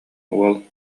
уол